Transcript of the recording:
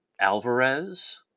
Alvarez